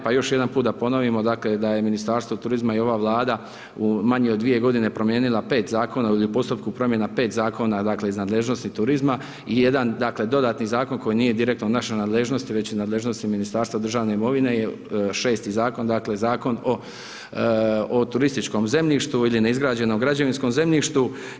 Pa još jedan put da ponovimo dakle da je Ministarstvo turizma i ova Vlada u manje u dvije godine promijenila 5 zakona ... u postupku promjena 5 zakona dakle iz nadležnosti turizma i jedan dakle dodatni zakon koji nije direktno u našoj nadležnosti već je u nadležnosti Ministarstva državne imovine je 6.-ti zakon, dakle Zakon o turističkom zemljištu ili neizgrađenom građevinskom zemljištu.